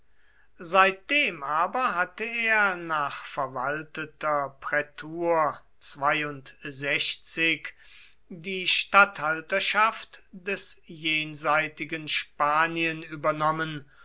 seitdem aber hatte er nach verwalteter prätur die statthalterschaft des jenseitigen spanien übernommen